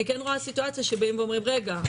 אני כן רואה סיטואציה שבאים ואומרים: רגע,